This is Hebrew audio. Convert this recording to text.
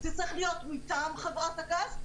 זה צריך להיות מטעם חברת הגז,